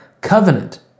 covenant